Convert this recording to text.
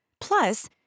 Plus